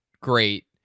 great